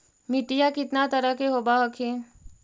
मिट्टीया कितना तरह के होब हखिन?